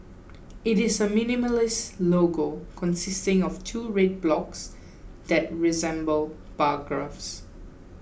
it is a minimalist logo consisting of two red blocks that resemble bar graphs